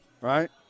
Right